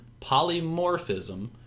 Polymorphism